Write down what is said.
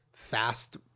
fast